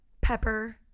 pepper